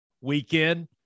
weekend